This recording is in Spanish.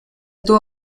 tuvo